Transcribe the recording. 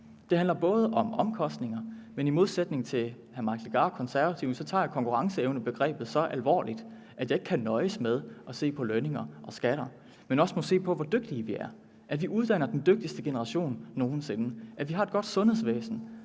Det handler om omkostninger, men i modsætning til hr. Mike Legarth fra De Konservative tager jeg konkurrenceevnebegrebet så alvorligt, at jeg ikke kan nøjes med at se på lønninger og skatter, men også må se på, hvor dygtige vi er, at vi uddanner den dygtigste generation nogen sinde, at vi har et godt sundhedsvæsen,